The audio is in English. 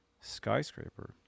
skyscraper